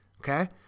Okay